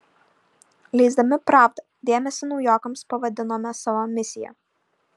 leisdami pravdą dėmesį naujokams pavadinome savo misija